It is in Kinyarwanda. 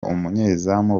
umunyezamu